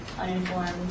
uninformed